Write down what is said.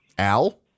Al